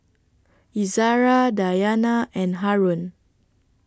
Izzara Dayana and Haron